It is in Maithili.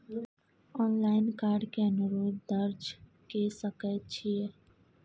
ऑनलाइन कार्ड के अनुरोध दर्ज के सकै छियै?